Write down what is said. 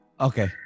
Okay